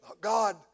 God